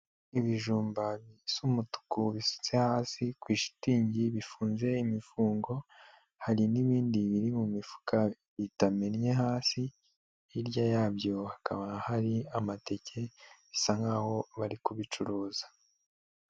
Ibijumba bisa umutuku bisutse hasi kuri shitingi bifunze imifungo, hari n'ibindi biri mu mifuka itamennye hasi, hirya yabyo hakaba hari amateke bisa nkaho bari kubicuruza.